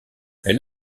elle